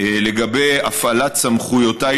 לגבי הפעלת סמכויותיי,